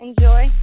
Enjoy